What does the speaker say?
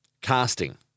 casting